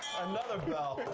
another bell.